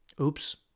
Oops